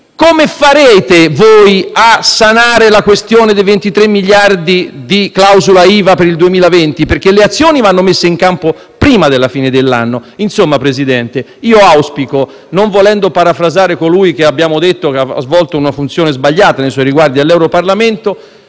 Come farete a sanare la questione dei 23 miliardi di clausole IVA per il 2020, visto che le azioni vanno messe in campo prima della fine dell'anno? Insomma, signor Presidente del Consiglio, io non voglio parafrasare colui che abbiamo detto aver svolto una funzione sbagliata nei suoi riguardi al Parlamento